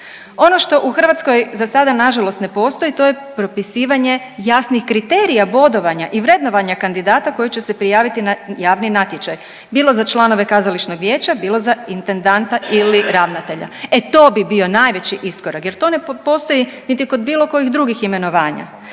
Ono što u Hrvatskoj zasada nažalost ne postoji to je propisivanje jasnih kriterija, bodovanja i vrednovanja kandidata koji će se prijaviti na javni natječaj bilo za članove kazališnog vijeća, bilo za intendanta ili ravnatelja, e to bi bio najveći iskorak jer to ne postoji niti kod bilo kojih drugih imenovanja,